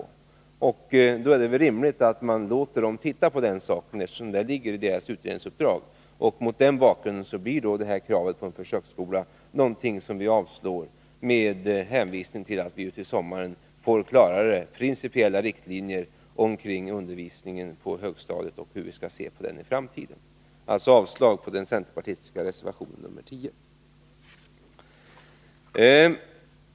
Det är då rimligt att vi låter den göra det, eftersom det ligger i dess utredningsuppdrag. Mot den bakgrunden blir detta krav på en försöksskola någonting som vi avstyrker med hänvisning till att vi till sommaren får klarare principiella riktlinjer för undervisningen på högstadiet och för hur vi skall se på den i framtiden. Jag yrkar alltså avslag på den centerpartistiska reservationen nr 10.